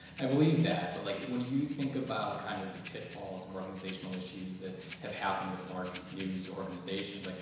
i believe that. but like when you think about kind of the pitfalls and organizational issues that have happened with large news organizations, like